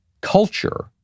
culture